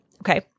Okay